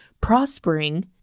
prospering